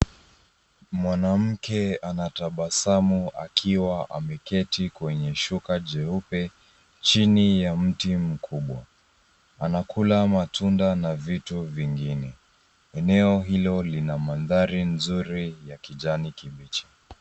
Mwanamke anatabasamu akiwa ameketi kwenye shuka jeupe chini ya mti mkubwa. Anakula matunda na vitu vingine. Eneo hilo lina mandhari nzuri ya kijani kibichi.